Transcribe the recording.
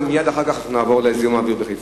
ומייד אחר כך נעבור לזיהום האוויר בחיפה.